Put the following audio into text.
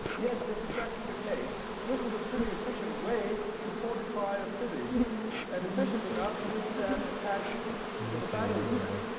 yes, that's exactly the case. this was a pretty efficient way to fortify a city and efficient enough to withstand attacks with a battering ram.